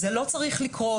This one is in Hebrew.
זה לא צריך לקרות,